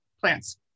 plants